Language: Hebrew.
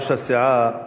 ראש הסיעה,